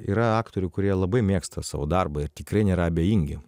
yra aktorių kurie labai mėgsta savo darbą ir tikrai nėra abejingi